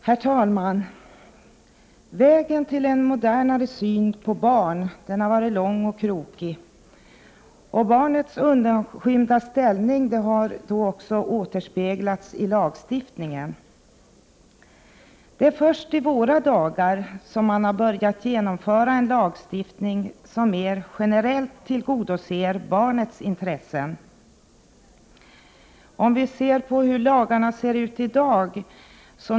Herr talman! Vägen till en modernare syn på barn har varit lång och krokig. Barnets undanskymda ställning har återspeglats i lagstiftningen. Det är först i våra dagar som man har börjat genomföra en lagstiftning som mer generellt tillgodoser barnets intressen. Jag skall först göra en redovisning över hur lagarna ser ut i dag.